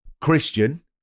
Christian